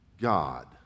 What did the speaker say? God